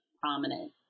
prominent